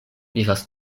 vivas